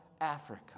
Africa